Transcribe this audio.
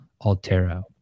Altero